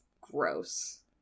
gross